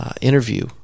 interview